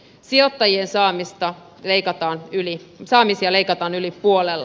sijoittajien saamisia leikataan yli puolella